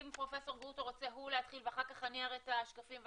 אם פרופ' גרוטו רוצה הוא להתחיל ואחר כך אני אראה את השקפים.